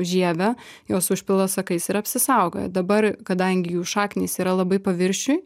žievę jos užpila sakais ir apsisaugoja dabar kadangi jų šaknys yra labai paviršiuj